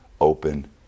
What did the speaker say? open